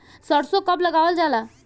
सरसो कब लगावल जाला?